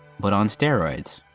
but on steroids!